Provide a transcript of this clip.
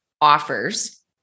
offers